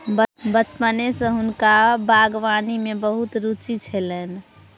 बचपने सॅ हुनका बागवानी में बहुत रूचि छलैन